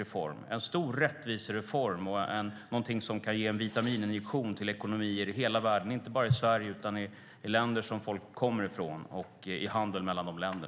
Det är en stor rättvisereform och något som kan ge en vitamininjektion till ekonomin inte bara i Sverige utan i de länder som folk kommer ifrån och till handeln mellan dessa länder.